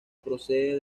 procede